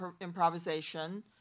improvisation